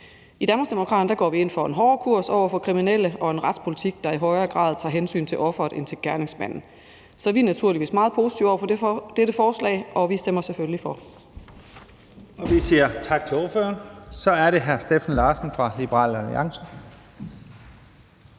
går vi ind for en hårdere kurs over for kriminelle og en retspolitik, der i højere grad tager hensyn til offeret end til gerningsmanden. Så vi er naturligvis meget positive over for dette forslag, og vi stemmer selvfølgelig for.